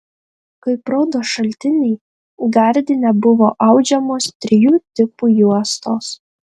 kaip rodo šaltiniai gardine buvo audžiamos trijų tipų juostos